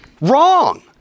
wrong